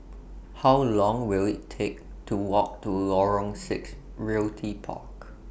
How Long Will IT Take to Walk to Lorong six Realty Park